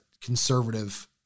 conservative